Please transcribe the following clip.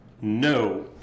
No